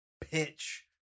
pitch